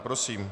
Prosím.